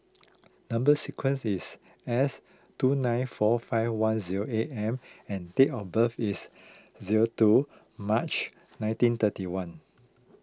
Number Sequence is S two nine four five one zero eight M and date of birth is zero two March nineteen thirty one